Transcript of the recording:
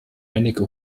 einige